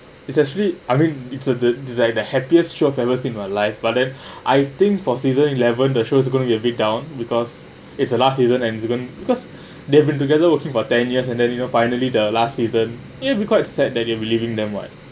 it's actually I mean it's uh it's like the happiest show of favorite in my life but then I think for season eleven the shows are going to get me down because it's the last season and it's going to because they've been together working for ten years and then you know finally the last season it will be quite sad that you will be leaving them [what]